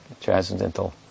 transcendental